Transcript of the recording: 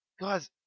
Guys